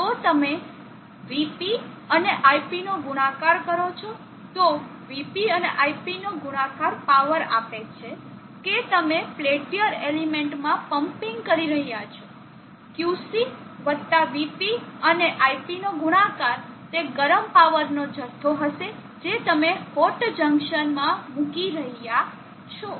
જો તમે vP અને iP નો ગુણાકાર કરો છો તો vP અને iP નો ગુણાકાર પાવર આપે છે કે તમે પેલ્ટીઅર એલિમેન્ટ માં પમ્પિંગ કરી રહ્યા છો QC વત્તા vP અને iP નો ગુણાકાર તે ગરમ પાવરનો જથ્થો હશે જે તમે હોટ જંકશન માં મૂકી રહ્યા છો